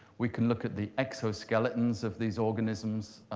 we can look at the exoskeletons of these organisms.